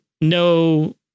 no